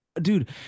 dude